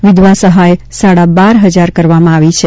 વિધવા સહાય સાડા બાર હજાર કરવામાં આવી છે